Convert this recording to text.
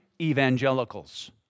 evangelicals